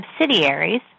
subsidiaries